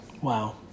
Wow